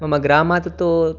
मम ग्रामात् तू